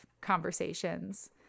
conversations